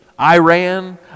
Iran